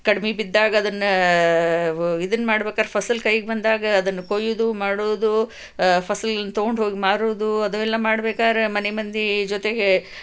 ಕಡಿಮೆ ಬಿದ್ದಾಗ ಅದನ್ನು ವ ಇದನ್ನು ಮಾಡ್ಬೇಕಾದ್ರೆ ಫಸಲು ಕೈಗ್ಬಂದಾಗ ಅದನ್ನು ಕೊಯ್ದು ಮಾಡೋದು ಫಸಲು ತೊಗೊಂಡ್ಹೋಗಿ ಮಾರೋದು ಅದನ್ನೆಲ್ಲ ಮಾಡ್ಬೇಕಾದ್ರೆ ಮನೆಮಂದಿ ಜೊತೆಗೆ